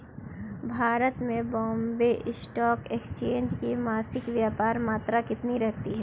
भारत में Bombay stock exchange की मासिक व्यापार मात्रा कितनी रहती है?